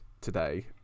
today